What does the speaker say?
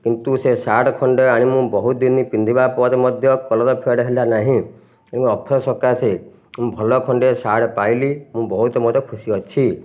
କିନ୍ତୁ ସେ ସାର୍ଟ୍ ଖଣ୍ଡେ ଆଣି ମୁଁ ବହୁତ ଦିନ ପିନ୍ଧିବା ପରେ ମଧ୍ୟ କଲର୍ ଫେ୍ଡ଼ ହେଲା ନାହିଁ ଏବଂ ଅଫର୍ ସକାଶେ ମୁଁ ଭଲ ଖଣ୍ଡେ ସାର୍ଟ୍ ପାଇଲି ମୁଁ ବହୁତ ମଧ୍ୟ ଖୁସି ଅଛି